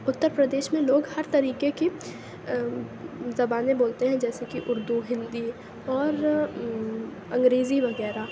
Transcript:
اُترپردیش میں لوگ ہر طریقے كی زبانیں بولتے ہیں جیسے كہ اُردو ہندی اور انگریزی وغیرہ